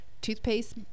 toothpaste